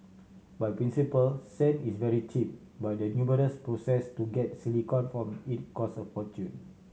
by principle sand is very cheap but the numerous process to get silicon from it cost a fortune